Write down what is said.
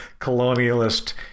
colonialist